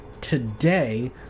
today